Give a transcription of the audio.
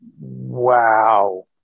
wow